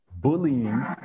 Bullying